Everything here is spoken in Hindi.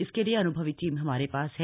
इसके लिए अन्भवी टीम हमारे पास है